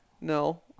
No